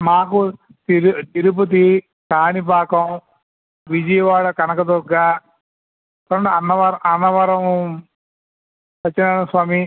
మాకు తిరు తిరుపతి కాణిపాకం విజయవాడ కనకదుర్గ అన్నవరం అన్నవరం సత్యనారాయణ స్వామి